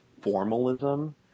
formalism